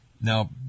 Now